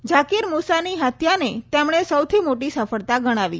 ઝાકીર મુસાની હત્યાને તેમણે સૌથી મોટી સફળતા ગણાવી